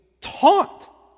taught